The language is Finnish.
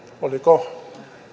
oliko